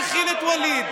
"מכילים"?